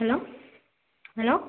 hello hello